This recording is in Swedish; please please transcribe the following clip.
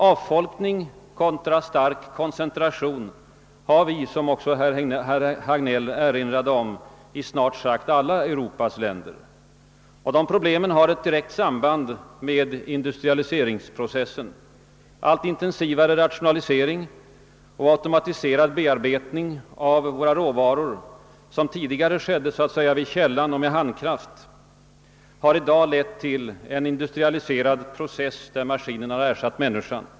Avfolkning contra stark koncentration har vi, såsom också herr Hagnell erinrade om, i snart sagt alla Europas länder. De problemen har ett direkt samband med industrialiseringsprocessen, allt intensivare rationalisering och automatiserad bearbetning av våra råvaror, som tidigare skedde så att säga vid källan och med handkraft, men som i dag har lett till en industrialiserad process, där maskinen har ersatt människan.